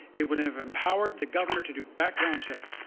it would have empowered the governor to do background checks,